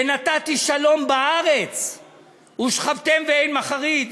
ונתתי שלום בארץ ושכבתם ואין מחריד,